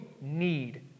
need